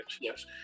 yes